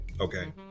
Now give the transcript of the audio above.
Okay